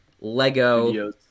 lego